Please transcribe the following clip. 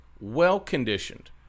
well-conditioned